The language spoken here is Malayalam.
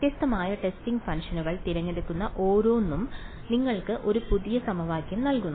വ്യത്യസ്തമായ ടെസ്റ്റിംഗ് ഫംഗ്ഷൻ തിരഞ്ഞെടുക്കുന്ന ഓരോന്നും നിങ്ങൾക്ക് ഒരു പുതിയ സമവാക്യം നൽകുന്നു